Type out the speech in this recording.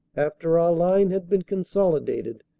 after our line had been consolidated,